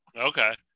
Okay